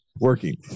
working